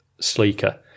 sleeker